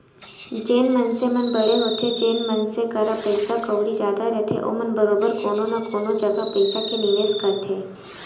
जेन मनसे मन बड़े होथे जेन मनसे करा पइसा कउड़ी जादा रथे ओमन बरोबर कोनो न कोनो जघा पइसा के निवेस करथे